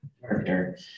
character